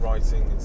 Writing